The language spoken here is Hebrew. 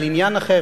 על עניין אחר,